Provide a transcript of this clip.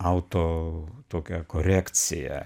auto tokią korekciją